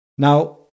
Now